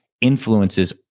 influences